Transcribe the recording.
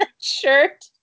shirt